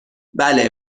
بله